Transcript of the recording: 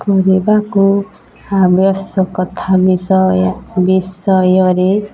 କରିବାକୁ ଆବଶ୍ୟକତା ବିଷୟ ବିଷୟରେ